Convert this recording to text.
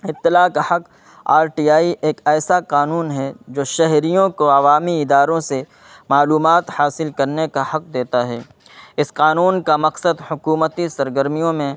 اطلاع کا حق آر ٹی آئی ایک ایسا قانون ہے جو شہریوں کو عوامی اداروں سے معلومات حاصل کرنے کا حق دیتا ہے اس قانون کا مقصد حکومتی سرگرمیوں میں